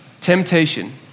temptation